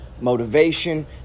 motivation